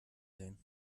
sehen